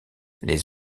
les